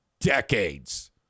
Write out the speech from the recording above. decades